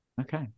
Okay